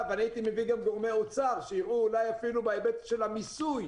ואני הייתי מביא גם גורמי אוצר שיראו אולי אפילו בהיבט של המיסוי